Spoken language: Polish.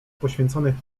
poświęconych